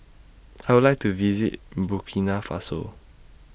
I Would like to visit Burkina Faso